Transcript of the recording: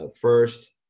first